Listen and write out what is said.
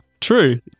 True